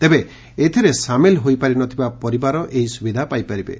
ତେବେ ଏଥିରେ ସାମିଲ ହୋଇପାରି ନ ଥିବା ପରିବାର ଏହି ସୁବିଧା ପାଇପାରିବେ